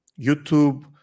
YouTube